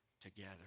together